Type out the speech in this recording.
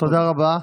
תודה רבה.